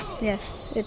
Yes